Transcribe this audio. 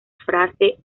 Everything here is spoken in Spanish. frase